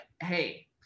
hey